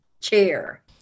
chair